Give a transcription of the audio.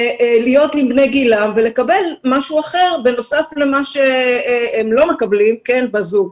להיות עם בני גילם ולקבל משהו אחר בנוסף למה שהם לא מקבלים בזום.